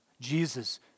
Jesus